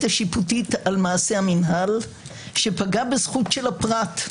השיפוטית על מעשה המינהל שפגע בזכות של הפרט,